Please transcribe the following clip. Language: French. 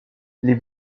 les